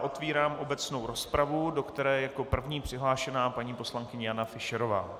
Otvírám obecnou rozpravu, do které je jako první přihlášená paní poslankyně Jana Fischerová.